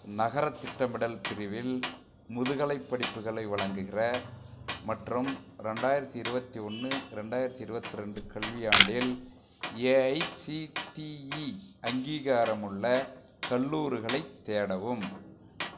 நகரத் திட்டமிடல் பிரிவில் முதுகலைப் படிப்புகளை வழங்குகிற மற்றும் ரெண்டாயிரத்து இருபத்தொன்னு ரெண்டாயிரத்து இருபத்ரெண்டு கல்வியாண்டில் ஏஐசிடிஇ அங்கீகாரமுள்ள கல்லூரிகளைத் தேடவும்